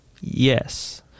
Yes